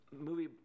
movie